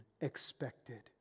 expected